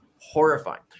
horrifying